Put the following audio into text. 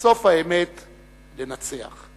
וסוף האמת לנצח".